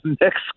next